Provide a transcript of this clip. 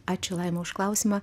ačiū laima už klausimą